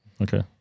Okay